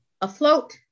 afloat